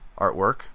artwork